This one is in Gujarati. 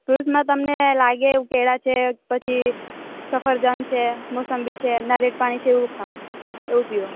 ફૂડ્સમાં તમને લાગે એવું કેળાં છે પછી સફરજન છે મોસંબી છે નારિયેળ પાણી છે એવું ખાવ એવું પીવો